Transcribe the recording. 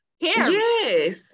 Yes